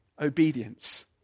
obedience